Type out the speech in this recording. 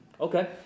okay